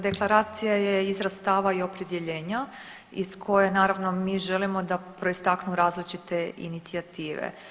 Deklaracija je izraz stava i opredjeljenja iz koje naravno mi želimo da proistaknu različite inicijative.